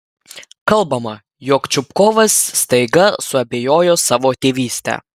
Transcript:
kalbama jog čupkovas staiga suabejojo savo tėvyste